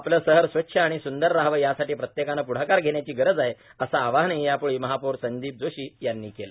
आपले शहर स्वच्छ आणि सुंदर राहावे यासाठी प्रत्येकाने प्ढाकार घेण्याची गरज आहे असे आवाहनही यावेळी महापौर संदीप जोशी यांनी केले